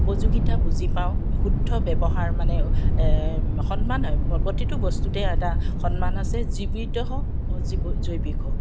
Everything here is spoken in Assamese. উপযোগিতা বুজি পাওঁ শুদ্ধ ব্যৱহাৰ মানে সন্মান প্ৰতিটো বস্তুতে এটা সন্মান আছে জীৱিত হওক অজীৱ অজৈৱিক হওক